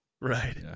right